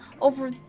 over